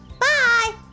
Bye